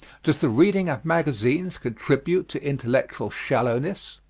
does the reading of magazines contribute to intellectual shallowness?